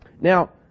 Now